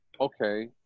Okay